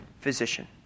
physician